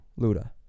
Luda